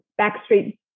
Backstreet